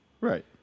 right